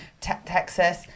Texas